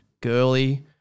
girly